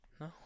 No